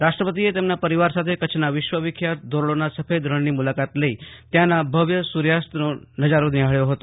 રાષ્ટ્રપતીએ તેમના પરિવાર સાથે કચ્છના વિવિધ વિશ્વ વિખ્યાત ધોરડોના સફેદ રણની મુલાકાત લઈ ત્યાંના ભવ્ય સુર્યાસ્ત તેમજ સુર્યોદય નિહાળ્યા હતા